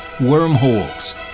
wormholes